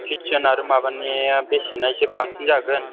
kitchen आरो माबानिया बेसेना एसे बांसिन जागोन